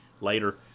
Later